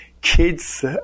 kids